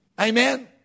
Amen